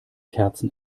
kerzen